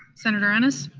senator ennis?